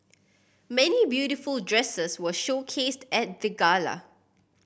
many beautiful dresses were showcased at the gala